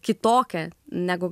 kitokia negu